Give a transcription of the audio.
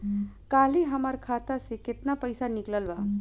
काल्हे हमार खाता से केतना पैसा निकलल बा?